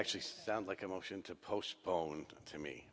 actually sound like a motion to postpone to me